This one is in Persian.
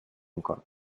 میکنه